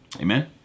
Amen